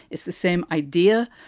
it's the same idea.